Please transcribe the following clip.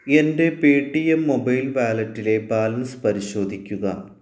എൻ്റെ Paytm mobile വാലറ്റിലെ balance പരിശോധിക്കുക